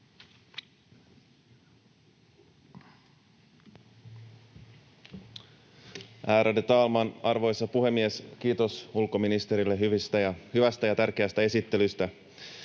arvoisa puhemies! Kiitos ulkoministerille hyvästä ja tärkeästä esittelystä.